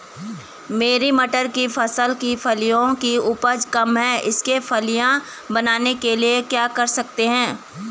मेरी मटर की फसल की फलियों की उपज कम है इसके फलियां बनने के लिए क्या कर सकते हैं?